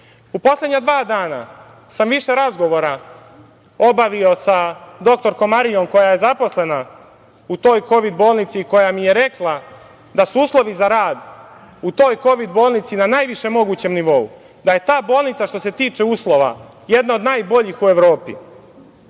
poslednja dva dana sam više razgovora obavio sa dr Marijom, koja je zaposlena u toj Kovid bolnici, koja mi je rekla da su uslovi za rad u toj Kovid bolnici na najvišem mogućem nivou, da je ta bolnica što se tiče uslova, jedna od najboljih u Evropi,